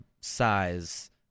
size